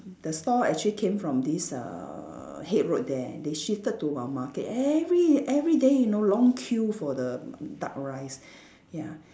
the store actually came from this uh Haig Road there they shifted to our market every everyday you know long queue for the duck rice ya